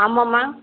ஆமாம்மா